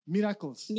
Miracles